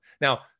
Now